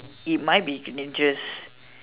it might be dangerous